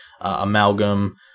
Amalgam